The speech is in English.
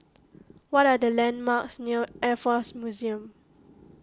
what are the landmarks near Air force Museum